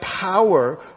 power